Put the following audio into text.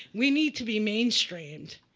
we need to be mainstreamed.